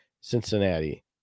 Cincinnati